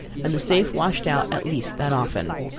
and the safe washed out at least that often.